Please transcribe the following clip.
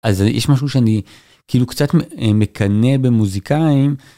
אז יש משהו שאני כאילו קצת מקנה במוזיקאים.